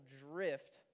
drift